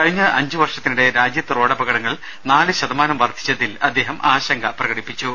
കഴിഞ്ഞ അഞ്ച് വർഷത്തിനിടെ രാജ്യത്തെ റോഡപകടങ്ങൾ നാല് ശതമാനം വർദ്ധിച്ചതിൽ അദ്ദേഹം ആശങ്ക പ്രകടിപ്പിച്ചു